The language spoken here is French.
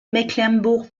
mecklembourg